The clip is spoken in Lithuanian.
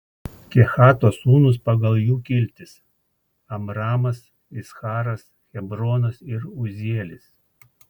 kehato sūnūs pagal jų kiltis amramas iccharas hebronas ir uzielis